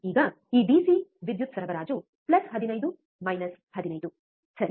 ಈಗ ಈ ಡಿಸಿ ವಿದ್ಯುತ್ ಸರಬರಾಜು 15 15 ಸರಿ